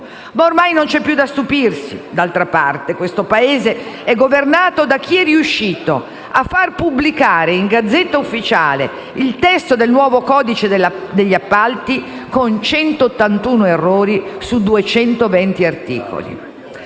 Ormai non c'è più da stupirsi. D'altra parte, questo Paese è governato da chi è riuscito a far pubblicare in *Gazzetta Ufficiale* il testo del nuovo codice degli appalti con 181 errori sui 220 articoli.